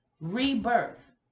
rebirth